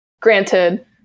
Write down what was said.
Granted